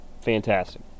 fantastic